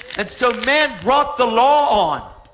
and so man brought the law on,